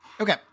okay